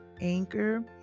Anchor